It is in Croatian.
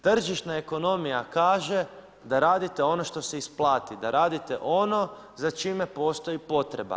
Tržišna ekonomija kaže, da radite ono što se isplati, da radite ono za čime postoji potreba.